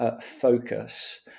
focus